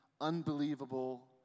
unbelievable